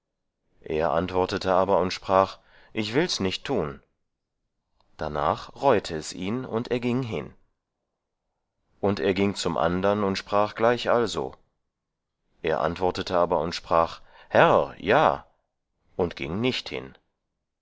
er antwortete aber und sprach ich will's nicht tun darnach reute es ihn und er ging hin und er ging zum andern und sprach gleichalso er antwortete aber und sprach herr ja und ging nicht hin